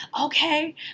okay